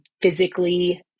physically